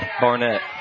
Barnett